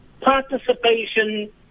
participation